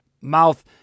mouth